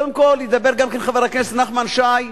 קודם כול, ידבר גם חבר הכנסת נחמן שי,